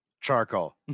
Charcoal